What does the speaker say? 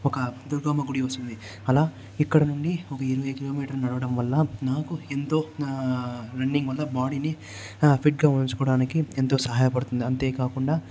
ఒక దుర్గమ్మ గుడి వస్తుంది అలా ఇక్కడ నుండి ఒక ఇరవై కిలోమీటర్లు నడవడం వల్ల నాకు ఎంతో నా రన్నింగ్ వాల్ల బాడీ ని ఫిట్ గా ఉంచుకోవడానికి ఎంతో సహాయపడుతుంది అంతే కాకుండా